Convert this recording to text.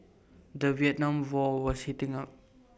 the Vietnam war was heating up